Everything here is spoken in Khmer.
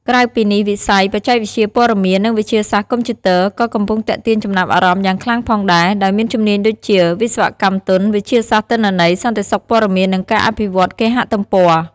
ក្រៅពីនេះ វិស័យ បច្ចេកវិទ្យាព័ត៌មាន និងវិទ្យាសាស្ត្រកុំព្យូទ័រ ក៏កំពុងទាក់ទាញចំណាប់អារម្មណ៍យ៉ាងខ្លាំងផងដែរ ដោយមានជំនាញដូចជា វិស្វកម្មទន់ វិទ្យាសាស្ត្រទិន្នន័យ សន្តិសុខព័ត៌មាន និងការអភិវឌ្ឍគេហទំព័រ។